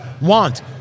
want